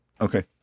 okay